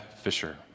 Fisher